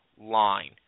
line